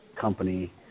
company